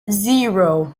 zero